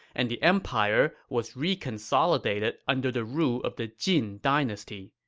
and the empire was reconsolidated under the rule of the jin dynasty.